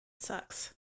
Sucks